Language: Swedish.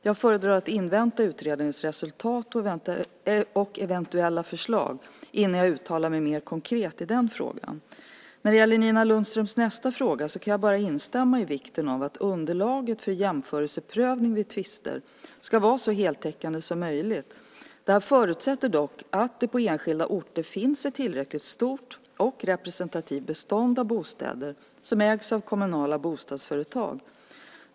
Jag föredrar att invänta utredningens resultat och eventuella förslag innan jag uttalar mig mer konkret i den frågan. När det gäller Nina Lundströms nästa fråga kan jag bara instämma i vikten av att underlaget för jämförelseprövning vid tvister ska vara så heltäckande som möjligt. Detta förutsätter dock att det på enskilda orter finns ett tillräckligt stort och representativt bestånd av bostäder som ägs av kommunala bostadsföretag.